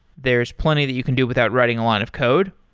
there's plenty that you can do without writing a lot of code,